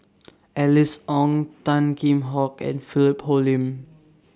Alice Ong Tan Kheam Hock and Philip Hoalim